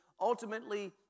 ultimately